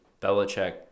Belichick